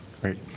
Great